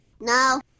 No